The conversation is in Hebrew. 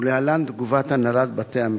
להלן תגובת הנהלת בתי-המשפט: